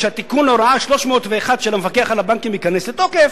כשהתיקון להוראה 301 של המפקח על הבנקים ייכנס לתוקף,